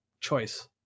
choice